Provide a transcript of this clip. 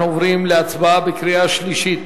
אנחנו עוברים להצבעה בקריאה שלישית.